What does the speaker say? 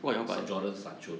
jadon sancho